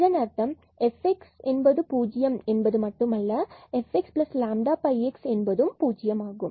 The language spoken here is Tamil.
இதன் அர்த்தம்Fx0 என்பது மட்டுமல்ல fxλx0 என்பதும் ஆகும்